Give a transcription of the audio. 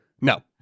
No